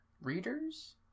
Readers